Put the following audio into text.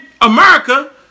America